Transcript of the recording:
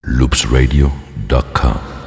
loopsradio.com